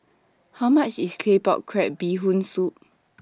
How much IS Claypot Crab Bee Hoon Soup